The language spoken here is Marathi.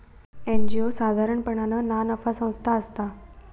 एन.जी.ओ साधारणपणान ना नफा संस्था असता